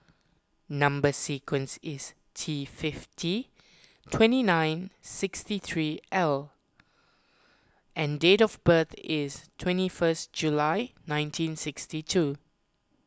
Number Sequence is T fifty twenty nine sixty three L and date of birth is twenty first July nineteen sixty two